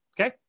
Okay